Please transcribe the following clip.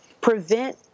prevent